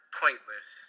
pointless